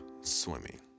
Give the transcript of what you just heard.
swimming